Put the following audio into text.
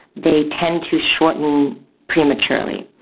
they tend to shorten prematurely.